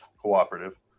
cooperative